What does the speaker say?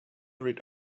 read